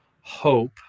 hope